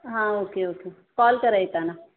हां okay okay call करा येताना